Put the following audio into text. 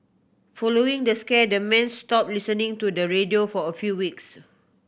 following the scare the men stopped listening to the radio for a few weeks